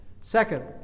Second